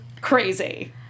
crazy